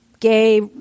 gay